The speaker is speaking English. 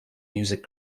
music